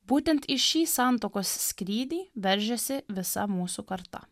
būtent į šį santuokos skrydį veržiasi visa mūsų karta